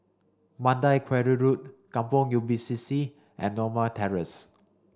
Mandai Quarry Road Kampong Ubi C C and Norma Terrace